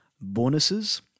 bonuses